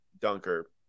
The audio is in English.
dunker